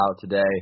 today